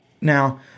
Now